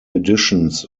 editions